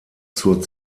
zur